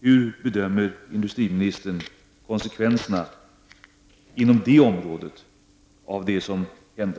Hur bedömer industriministern konsekvenserna av det som händer inom detta område?